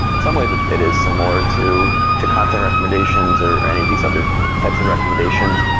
in some ways, it it is similar to to content recommendations, or any of these other types of recommendations.